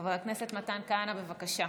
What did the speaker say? חבר הכנסת מתן כהנא, בבקשה.